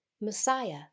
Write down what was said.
Messiah